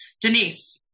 Denise